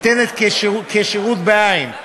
ניתנת כשירות בעין,